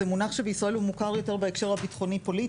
זה מונח שבישראל הוא מוכר יותר בהקשר הביטחוני-פוליטי,